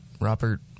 Robert